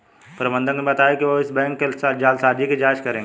प्रबंधक ने बताया कि वो इस बैंक जालसाजी की जांच करेंगे